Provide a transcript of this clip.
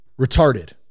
retarded